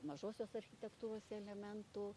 mažosios architektūros elementų